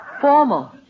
Formal